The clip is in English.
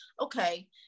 okay